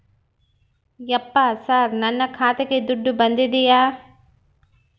ಯಪ್ಪ ಸರ್ ನನ್ನ ಖಾತೆಗೆ ದುಡ್ಡು ಬಂದಿದೆಯ?